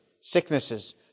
sicknesses